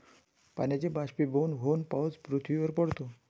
पाण्याचे बाष्पीभवन होऊन पाऊस पृथ्वीवर पडतो